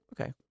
Okay